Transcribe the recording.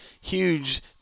huge